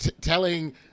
telling